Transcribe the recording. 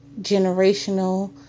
generational